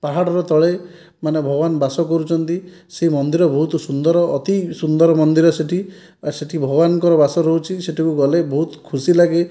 ପାହାଡ଼ର ତଳେ ମାନେ ଭଗବାନ ବାସ କରୁଛନ୍ତି ସେ ମନ୍ଦିର ବହୁତ ସୁନ୍ଦର ଅତି ସୁନ୍ଦର ମନ୍ଦିର ସେଇଠି ଆଉ ସେଇଠି ଭଗବାନଙ୍କର ବାସ ରହୁଛି ସେଇଠିକୁ ଗଲେ ବହୁତ ଖୁସି ଲାଗେ